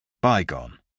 Bygone